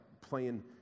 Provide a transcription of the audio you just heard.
playing